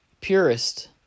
purest